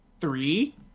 three